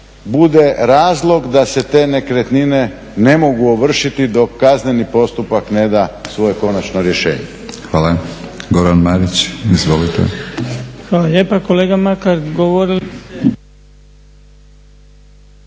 bude razlog da se te nekretnine ne mogu ovršiti dok kazneni postupak neda svoje konačno rješenje. **Batinić, Milorad (HNS)** Hvala. Goran Marić, izvolite.